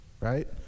right